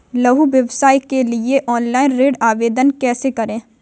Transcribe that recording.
लघु व्यवसाय के लिए ऑनलाइन ऋण आवेदन कैसे करें?